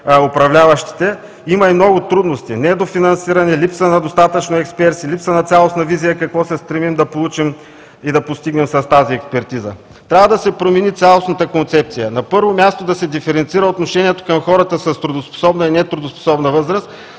управляващите, има и много трудности – недофинансиране, липса на достатъчно експерти, липса на цялостна визия какво се стремим да получим и постигнем с тази експертиза. Трябва да се промени цялостната концепция. На първо място, да се диференцира отношението към хората в трудоспособна и нетрудоспособна възраст,